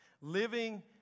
living